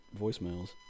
voicemails